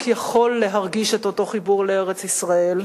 יכול להרגיש את אותו חיבור לארץ-ישראל,